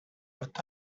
but